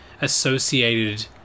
associated